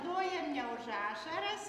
plojam ne už ašaras